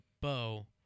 bow